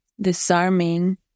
disarming